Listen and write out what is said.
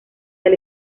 del